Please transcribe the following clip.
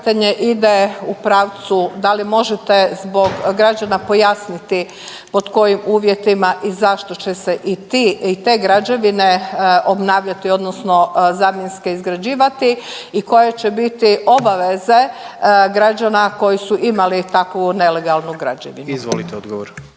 ide u pravcu da li možete zbog građana pojasniti pod kojim uvjetima i zašto će se i te građevine obnavljati odnosno zamjenske izgrađivati i koje će biti obaveze građana koji su imali takvu nelegalnu građevinu? **Jandroković,